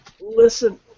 Listen